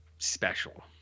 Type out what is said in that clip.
special